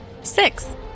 Six